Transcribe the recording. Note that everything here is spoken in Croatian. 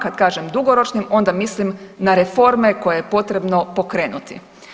Kad kažem dugoročnim onda mislim na reforme koje je potrebno pokrenuti.